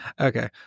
Okay